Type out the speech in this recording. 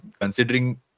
considering